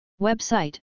Website